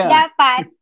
dapat